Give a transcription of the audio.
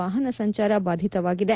ವಾಹನ ಸಂಚಾರ ಭಾದಿತವಾಗಿದೆ